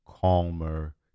calmer